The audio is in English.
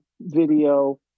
video